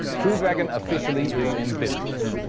crew dragon officially is in business.